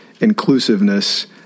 inclusiveness